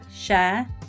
share